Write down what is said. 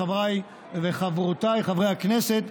חבריי וחברותיי חברי הכנסת,